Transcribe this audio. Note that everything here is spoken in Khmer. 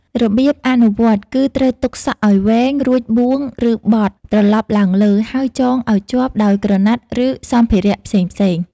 របៀបអនុវត្តគឺត្រូវទុកសក់ឲ្យវែង រួចបួងឬបត់ត្រឡប់ឡើងលើ ហើយចងឲ្យជាប់ដោយក្រណាត់ ឬសម្ភារៈផ្សេងៗ។